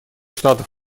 штатов